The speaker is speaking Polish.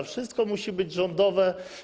Wszystko musi być rządowe.